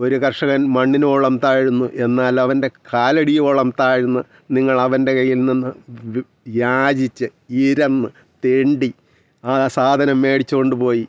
ഒരു കർഷകൻ മണ്ണിനോളം താഴുന്നു എന്നാൽ അവൻ്റെ കാലടിയോളം താഴ്ന്ന് നിങ്ങൾ അവൻ്റെ കയ്യിൽ നിന്ന് വ് യാചിച്ച് ഇരന്ന് തെണ്ടി ആ സാധനം മേടിച്ച് കൊണ്ട് പോയി